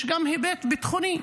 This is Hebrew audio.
יש גם היבט ביטחוני,